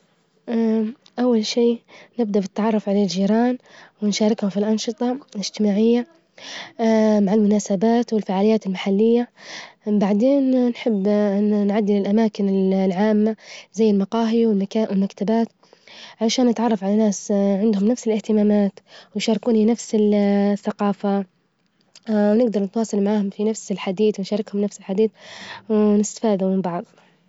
أول شيء نبدأ بالتعرف على الجيران ونشاركهم في الأنشطة الإجتماعية مع المناسبات والفعاليات المحلية، وبعدين نحب إن نعدل الأماكن العامة زي المجاهي والمكتبات، عشان نتعرف على ناس عندهم نفس الإهتمامات، ويشاركوني نفس الثجافة، و نجدر نتواصل معاهم في نفس الحديث، ونشاركهم في نفس الحديث ونستفادوا من بعظ.